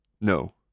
No